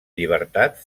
llibertat